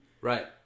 Right